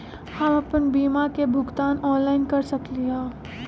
हम अपन बीमा के भुगतान ऑनलाइन कर सकली ह?